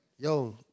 yo